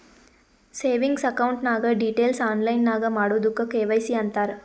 savings account ನಾಗ್ details online ನಾಗ್ ಮಾಡದುಕ್ ಕೆ.ವೈ.ಸಿ ಅಂತಾರ್